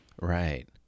Right